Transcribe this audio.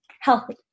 healthy